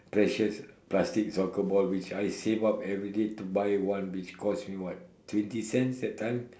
precious plastic soccer ball which I save up everyday to buy one which cost me what twenty cents that time